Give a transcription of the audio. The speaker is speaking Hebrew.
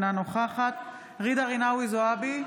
אינה נוכחת ג'ידא רינאוי זועבי,